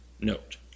note